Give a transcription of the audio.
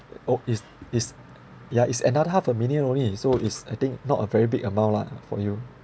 oh is is yeah is another half a million only so is I think not a very big amount lah for you